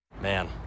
Man